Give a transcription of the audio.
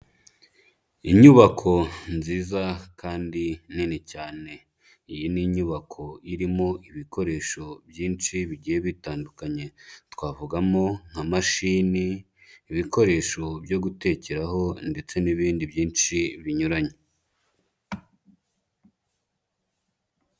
Inyubako nziza kandi nini cyane, iyi ni inyubako irimo ibikoresho byinshi bigiye bitandukanye, twavugamo nka mashini, ibikoresho byo gutekeho ndetse n'ibindi byinshi binyuranye.